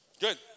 Good